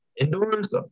indoors